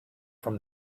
from